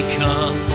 come